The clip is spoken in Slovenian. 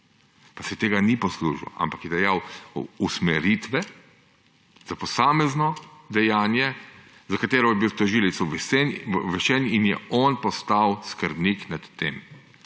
Pa se tega ni poslužil, ampak je dajal usmeritve za posamezno dejanje, za katerega je bil tožilec obveščen in je on postal skrbnik nad tem.